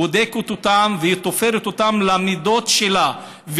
בודקת אותם ותופרת אותם למידות שלה,